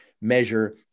measure